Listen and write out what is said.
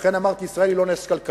לכן אמרתי שישראל היא לא נס כלכלי,